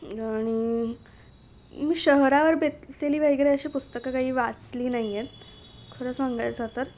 आणि मी शहरावर बेतलेली वगैरे अशी पुस्तकं काही वाचली नाही आहेत खरं सांगायचा तर